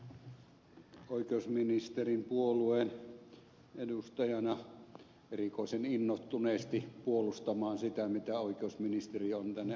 en ryhdy oikeusministerin puolueen edustajana erikoisen innostuneesti puolustamaan sitä mitä oikeusministeriö on tänne arvioitavaksi tuonut